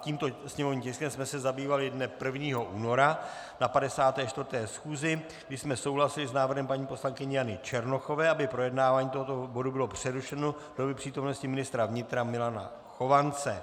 Tímto sněmovním tiskem jsme se zabývali dne 1. února na 54. schůzi, když jsme souhlasili s návrhem paní poslankyně Jany Černochové, aby projednávání tohoto bodu bylo přerušeno do doby přítomnosti ministra vnitra Milana Chovance.